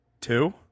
Two